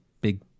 big